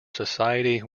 society